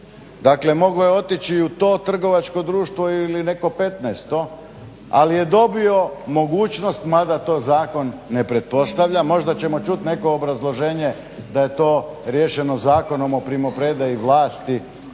Dakle, mogao je otići u to trgovačko društvo ili neko petnaesto ali je dobio mogućnost, mada to zakon ne pretpostavlja, možda ćemo čuti neko obrazloženje da je to riješeno Zakonom o primopredaji vlasti